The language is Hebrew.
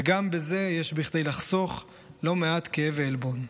וגם בזה יש כדי לחסוך לא מעט כאב ועלבון.